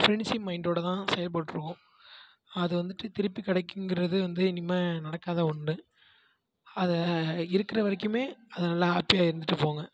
friendship மைண்டோடு தான் செயல்பட்டிருபோம் அது வந்துட்டு திருப்பி கிடைக்கும்ங்குறது வந்து இனிமேல் நடக்காத ஒன்று அதை இருக்கிற வரைக்குமே அதை நல்லா ஹேப்பியாக இருந்துட்டு போங்க